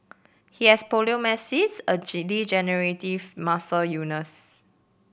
he has poliomyelitis a degenerative muscle illness